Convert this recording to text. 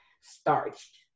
starched